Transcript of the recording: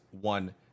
one